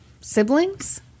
siblings